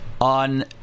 on